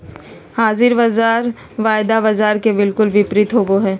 हाज़िर बाज़ार वायदा बाजार के बिलकुल विपरीत होबो हइ